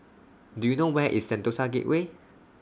Do YOU know Where IS Sentosa Gateway